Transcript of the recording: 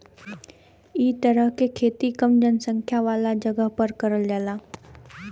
इ तरह के खेती कम जनसंख्या वाला जगह पर करल जाला